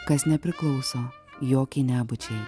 kas nepriklauso jokiai nebūčiai